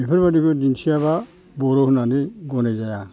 बेफोरबादिखौ दिन्थियाब्ला बर' होननानै गनाय जाया